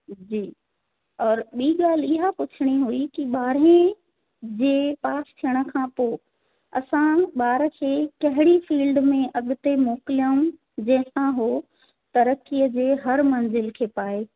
जी और ॿी ॻाल्हि इहा पुछिणी हुई ॿारहें जे पास थियण खां पोइ असां ॿार खे कहिड़ी फिल्ड में अॻिते मोकलयाऊं जंहिं सां हू तरक़ीअ जे हर मंज़िल खे पाए